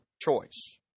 choice